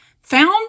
found